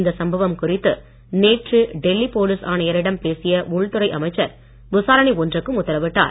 இந்த சம்பவம் குறித்து நேற்று டெல்லி போலீஸ் ஆணையரிடம் பேசிய உள்துறை அமைச்சர் விசாரணை ஒன்றிக்கும் உத்தரவிட்டார்